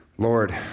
Lord